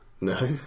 no